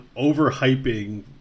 overhyping